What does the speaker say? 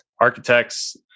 architects